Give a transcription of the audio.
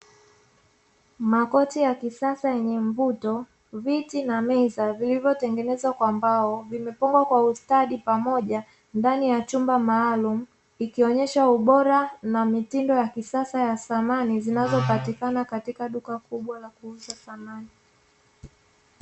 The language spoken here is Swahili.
Makochi ya kisasa yenye mvuto viti na meza vilivyotengenezwa kwa mbao, vimefungwa kwa ustadi pamoja ndani ya chumba maalumu, ikionyesha ubora na mitindo ya kisasa ya samani zinazopatikana katika vikwafu kubwa la kuuzia samani.